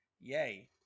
yay